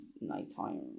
nighttime